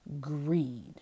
greed